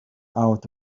out